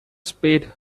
spade